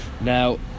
Now